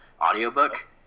audiobook